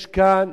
יש כאן